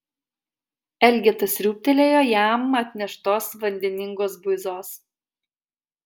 elgeta sriūbtelėjo jam atneštos vandeningos buizos